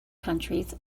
countries